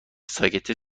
ساکته